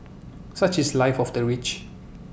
such is life of the rich